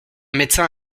médecin